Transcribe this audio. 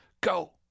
Go